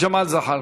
ג'מאל זחאלקה.